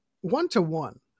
one-to-one